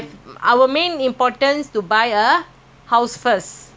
anytime I can take key tomorrow key collection you know